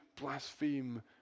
blaspheme